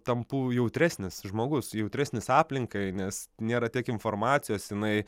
tampu jautresnis žmogus jautresnis aplinkai nes nėra tiek informacijos jinai